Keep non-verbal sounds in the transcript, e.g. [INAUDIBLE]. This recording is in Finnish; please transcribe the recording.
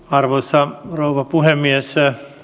[UNINTELLIGIBLE] arvoisa rouva puhemies